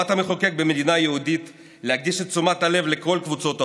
חובת המחוקק במדינה היהודית להקדיש תשומת לב לכל קבוצות האוכלוסייה.